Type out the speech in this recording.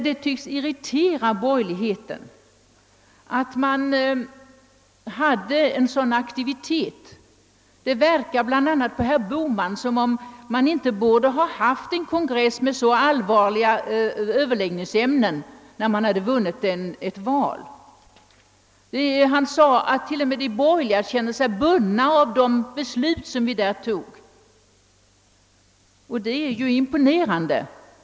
Det tycks irritera borgerligheten att det var en sådan aktivitet. Herr Bohman tycks anse att vi inte borde ha haft en kongress med så allvarliga överläggningsämnen när vi vunnit ett val. Han sade att t.o.m. de borgerliga känner sig bundna av de beslut som vi där fattade, och det är ju imponerande.